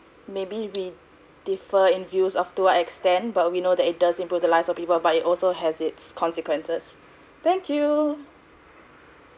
maybe we differ in views of two extent but we know that it does improve the lives of people buy it also has it's consequences thank you